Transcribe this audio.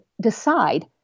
decide